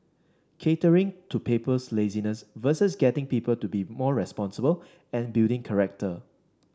catering to people's laziness versus getting people to be more responsible and building character